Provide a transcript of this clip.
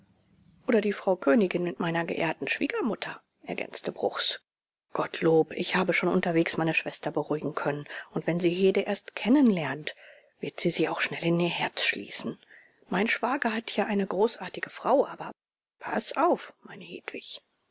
oder die frau königin mit meiner geehrten schwiegermutter ergänzte bruchs gottlob ich habe schon unterwegs meine schwester beruhigen können und wenn sie hede erst kennenlernt wird sie sie auch schnell in ihr herz schließen mein schwager hat ja eine großartige frau aber paß auf meine hedwig